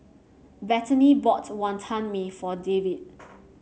Bethany bought Wantan Mee for David